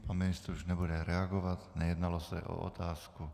Pan ministr už nebude reagovat, nejednalo se o otázku.